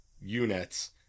units